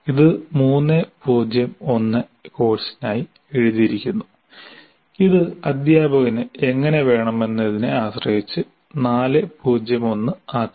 ഇത് 3 0 1 കോഴ്സിനായി എഴുതിയിരിക്കുന്നു ഇത് അധ്യാപകന് എങ്ങനെ വേണമെന്നതിനെ ആശ്രയിച്ച് 4 0 1 ആക്കാം